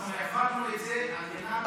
אנחנו העברנו את זה על מנת,